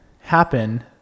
happen